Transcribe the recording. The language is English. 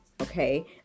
Okay